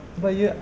but you